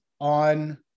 on